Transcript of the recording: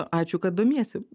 ačiū kad domiesi